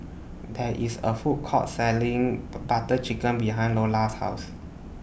There IS A Food Court Selling Butter Chicken behind Lolla's House